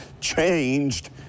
changed